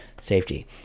safety